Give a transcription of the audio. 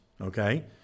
Okay